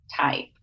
type